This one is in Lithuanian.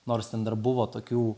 nors ten dar buvo tokių